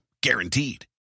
Guaranteed